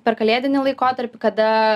per kalėdinį laikotarpį kada